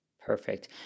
Perfect